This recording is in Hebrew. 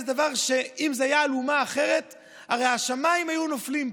זה דבר שאם זה היה על אומה אחרת הרי השמיים היו נופלים פה.